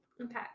Okay